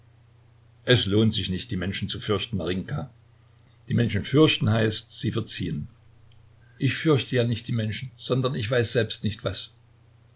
es lohnt sich nicht die menschen zu fürchten marinjka die menschen fürchten heißt sie verziehen ich fürchte ja nicht die menschen sondern ich weiß selbst nicht was